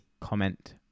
comment